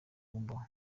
kumbaho